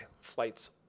Flights